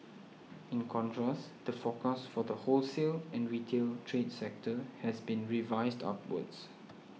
in contrast the forecast for the wholesale and retail trade sector has been revised upwards